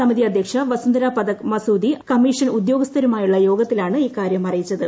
സമിതി അധ്യക്ഷ വസുന്ധര പഥക് മസൂദി കമ്മീഷൻ ഉദ്യോഗസ്ഥരുമായുള്ള യോഗത്തിലാണ് ഇക്കാര്യം അറിയിച്ചത്